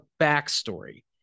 backstory